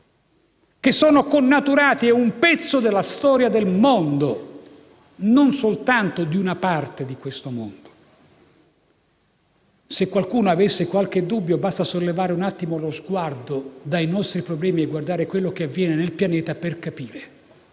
che sono connaturati, un pezzo della storia del mondo, e non soltanto di una parte di questo mondo. Se qualcuno avesse qualche dubbio, basta sollevare un attimo lo sguardo dai nostri problemi e guardare quello che avviene nel pianeta per capire